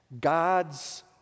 God's